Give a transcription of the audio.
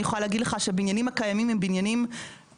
אני יכולה להגיד לך שהבניינים הקיימים הם בניינים סדוקים,